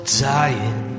dying